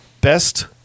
best